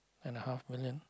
and a half million